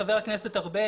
חבר הכנסת ארבל,